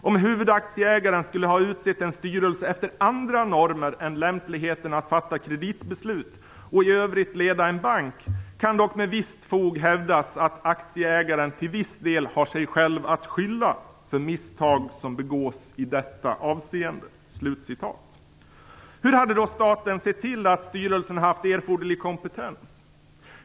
Om huvudaktieägaren skulle ha utsett en styrelse efter andra normer än lämpligheten att fatta kreditbeslut och i övrigt leda en bank kan dock med visst fog hävdas att aktieägaren till viss del har sig själv att skylla för misstag som begås i detta avseende." Hur hade då staten sett till att styrelsen haft erforderlig kompetens?